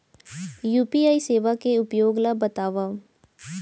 UPI सेवा के उपयोग ल बतावव?